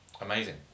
Amazing